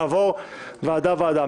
נעבור ועדה ועדה.